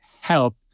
help